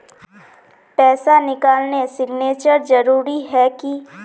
पैसा निकालने सिग्नेचर जरुरी है की?